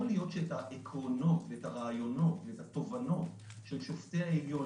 להיות שאת העקרונות ואת הרעיונות ואת התובנות של שופטי העליון,